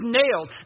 nailed